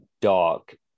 dark